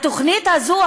התוכנית הזאת,